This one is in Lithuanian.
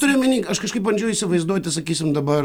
turiu omeny aš kažkaip bandžiau įsivaizduoti sakysim dabar